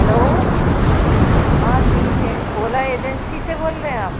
hello हाँ जी ये ओला एजेंसी से बोल रहे हैं आप